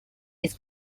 its